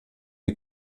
die